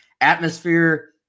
atmosphere